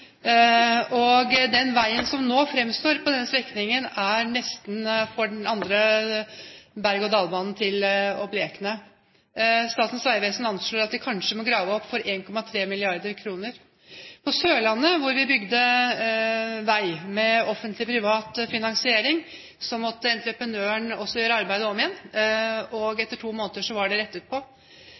Den veien som nå framstår på denne strekningen, får den andre berg- og dalbanen nesten til å blekne. Statens vegvesen anslår at de kanskje må grave opp for 1,3 mrd. kr. På Sørlandet, hvor vi bygde vei med offentlig-privat finansiering, måtte entreprenøren også gjøre arbeidet om igjen, og etter to måneder var det rettet på.